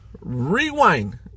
rewind